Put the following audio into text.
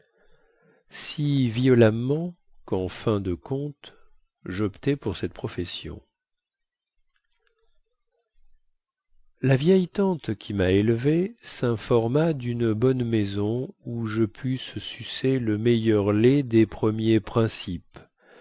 si violemment quen fin de compte joptai pour cette profession la vieille tante qui ma élevé sinforma dune bonne maison où je pusse sucer le meilleur lait des premiers principes